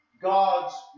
God's